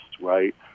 right